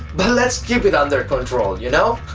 but let's keep it under control. you know